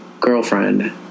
girlfriend